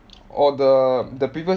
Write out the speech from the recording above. orh the the previous